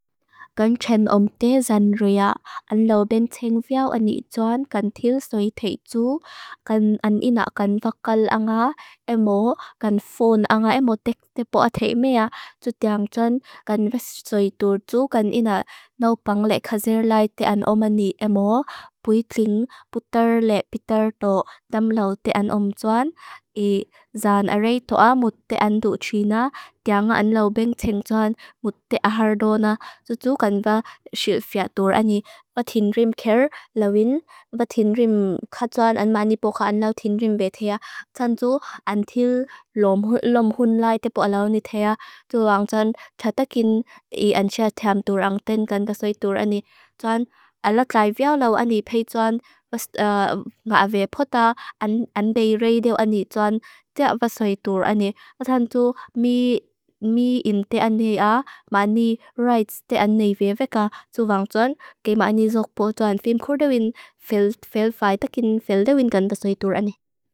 Gan chen om te jan ruia, an lau ben cheng veaw an ni tsoan, gan thil soi thei tsu. Gan an ina gan vakal anga emo, gan fon anga emo te poa thei mea, ju tian tsoan gan res soi dur tsu, gan ina naupang le khazir lai te an oma ni emo. Pui ting putar le pitar to dam lau te an om tsoan, i zaan a rey toa mut te an du china, tia nga an lau ben cheng tsoan. Mut te ahar do na, tsu tsu kan va siu fia dur an ni va tinrim ker lau in, va tinrim khad tsoan, an ma ni poka an lau tinrim vea thea. Tsoan tsu an thil lom hun lai te poa lau ni thea, tsoo ang tsoan khatakin i an sia theam dur ang ten kan tasoi dur an ni, tsoan alat lai feo lau an ni pey tsoan, nga ve pota. An be rey deo an ni tsoan, thea vasoi dur an ni, atan du mi in te an hea, ma ni right te an nei vea veka tsoo vang tsoan, ke ma ni zokpo tsoan fiim khur duwin fel fai takin fel duwin kan tasoi dur an ni.